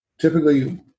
Typically